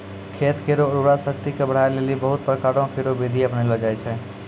खेत केरो उर्वरा शक्ति क बढ़ाय लेलि बहुत प्रकारो केरो बिधि अपनैलो जाय छै